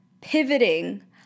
pivoting